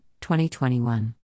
2021